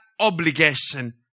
obligation